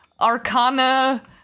arcana